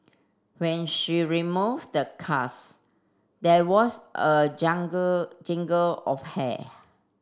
when she removed the cast there was a jungle jingle of hair